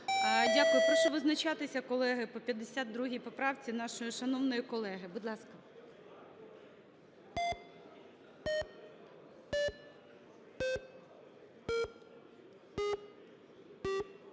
Дякую. Прошу визначатися, колеги, по 52 поправці нашої шановної колеги. Будь ласка.